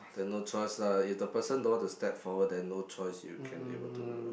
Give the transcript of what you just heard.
then no choice lah if the person don't want to step forward then no choice you can able to